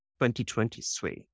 2023